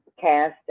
cast